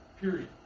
Period